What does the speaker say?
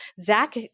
Zach